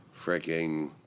freaking